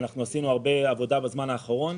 עשינו הרבה עבודה בזמן האחרון.